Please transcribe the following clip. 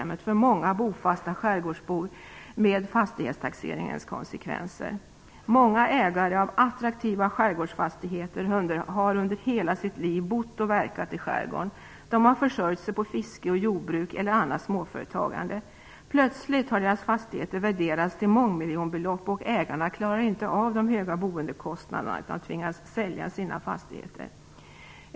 Många ägare av attraktiva skärgårdsfastigheter har under hela sitt liv bott och verkat i skärgården. De har försörjt sig på fiske, jordbruk eller annat småföretagande. Plötsligt värderas deras fastigheter till mångmiljonbelopp, och ägarna klarar inte av de höga boendekostnaderna utan tvingas sälja sina fastigheter.